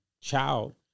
child